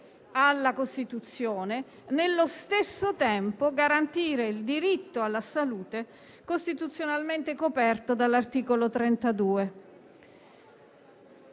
alla Costituzione e, allo stesso tempo, a garantire il diritto alla salute costituzionalmente sancito all'articolo 32,